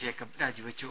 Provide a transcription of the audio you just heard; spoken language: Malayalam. ജേക്കബ് രാജിവെച്ചു